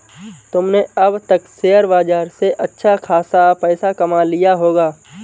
तुमने अब तक शेयर बाजार से अच्छा खासा पैसा कमा लिया होगा